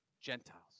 Gentiles